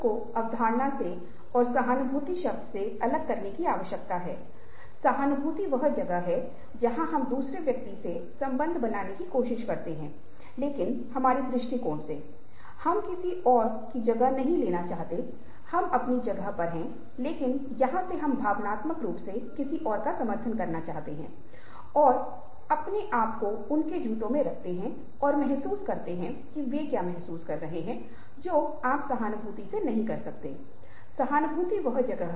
इसलिए हम अचानक महसूस करते हैं कि बातचीत केवल उस पाठ के बारे में नहीं है जिसे आप संवाद कर रहे हैं या वह आवाज़ जिसका आप उपयोग कर रहे हैं क्योंकि हम पहले ही बोलने के कौशल के बारे में बात कर चुके हैं हमने आवाज़ के बारे में बात की है और हम जानते हैं कि वे प्रासंगिक हैं लेकिन आपको अचानक एहसास होता है कि जब आप चारों ओर घूमते हैं और आप बोलते हैं तो चेहरे के भाव और शरीर और उसके इशारों जैसे अन्य चैनलों के माध्यम से बहुत अधिक जानकारी होती है और जब ऐसा होता है तो संचार का पूरा तरीका भी बदलना पड़ता है